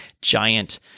giant